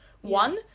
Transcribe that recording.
One